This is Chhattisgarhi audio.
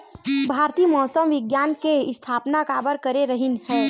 भारती मौसम विज्ञान के स्थापना काबर करे रहीन है?